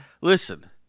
Listen